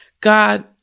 God